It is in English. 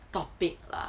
topic lah